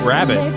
Rabbit